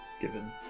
given